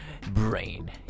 brain